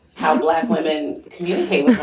how black women communicate.